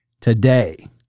today